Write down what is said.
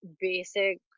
basic